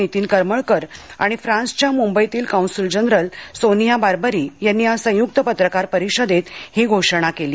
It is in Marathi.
नितीन करमळकर आणि फ्रान्सच्या मुंबईतील कौन्सुल जनरल सोनिया बार्बरी यांनी आज संयुक्त पत्रकार परिषदेत ही घोषणा केली